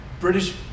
British